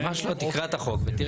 ממש לא, תקרא את החוק ותראה.